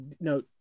no